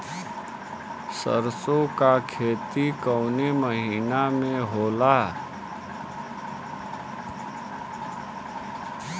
सरसों का खेती कवने महीना में होला?